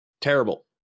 terrible